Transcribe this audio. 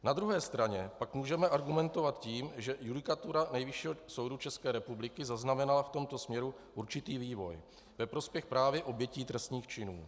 Na druhé straně pak můžeme argumentovat tím, že judikatura Nejvyššího soudu České republiky zaznamenala v tomto směru určitý vývoj ve prospěch právě obětí trestných činů.